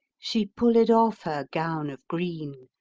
she pulled off her gowne of greene,